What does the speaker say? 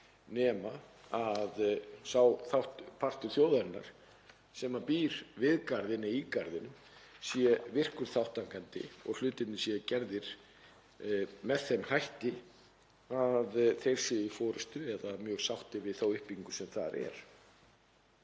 nema sá partur þjóðarinnar sem býr við garðinn eða í garðinum sé virkur þátttakandi og hlutirnir séu gerðir með þeim hætti að þeir séu í forystu eða mjög sáttir við þá uppbyggingu sem þar er.